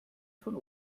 von